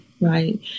Right